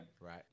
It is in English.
Right